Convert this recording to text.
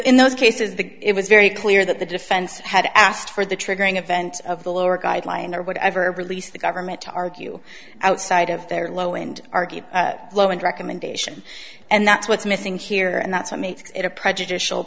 in those cases the it was very clear that the defense had asked for the triggering event of the lower guideline or whatever release the government to argue outside of their low and argued low and recommendation and that's what's missing here and that's what makes it a prejudicial